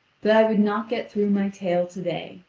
that i would not get through my tale to-day.